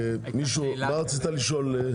מה רצית לשאול?